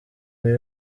ibi